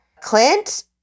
Clint